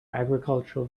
agricultural